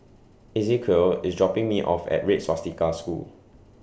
Ezequiel IS dropping Me off At Red Swastika School